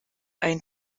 ein